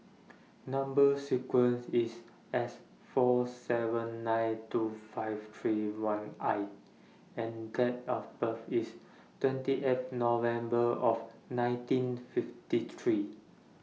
Number sequence IS S four seven nine two five three one I and Date of birth IS twenty eighth November of nineteen fifty three